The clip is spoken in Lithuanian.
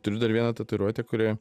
turiu dar vieną tatuiruotę kuri